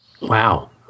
Wow